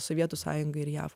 sovietų sąjungai ir jav